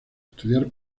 estudiar